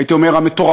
הייתי אומר המטורפות,